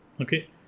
Okay